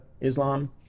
Islam